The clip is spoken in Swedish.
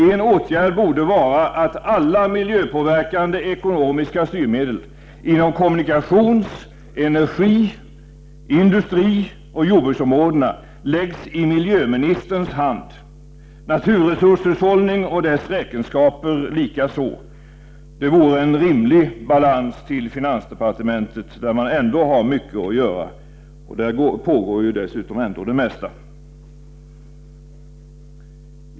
En åtgärd borde vara att alla miljöpåverkande ekonomiska styrmedel inom kommunikations-, energi-, industrioch jordbruksområdena läggs i miljöministerns hand, naturresurshushållning och dess räkenskaper likaså. Det vore en rimlig balans till finansdepartementet, där man ändå har mycket att göra. Där sker ju dessutom ändå det mesta.